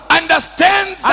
understands